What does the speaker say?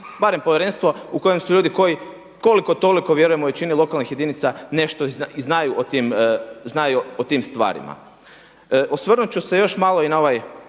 barem povjerenstvo u kojem su ljudi koji koliko toliko vjerujem u većini lokalnih jedinica nešto i znaju o tim stvarima. Osvrnut ću se još malo i na ovaj